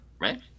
right